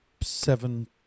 seven